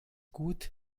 gut